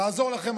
לעזור לכם,